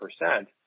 percent